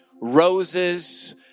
roses